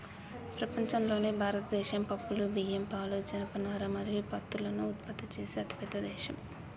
ప్రపంచంలోనే భారతదేశం పప్పులు, బియ్యం, పాలు, జనపనార మరియు పత్తులను ఉత్పత్తి చేసే అతిపెద్ద దేశం